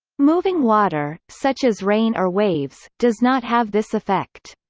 moving water, such as rain or waves, does not have this effect.